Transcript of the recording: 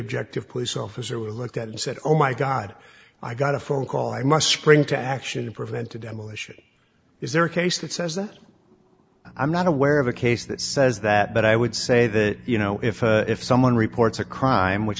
objective police officer looked at and said oh my god i got a phone call i must spring to action to prevent a demolition is there a case that says that i'm not aware of a case that says that but i would say that you know if if someone reports a crime which